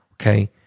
okay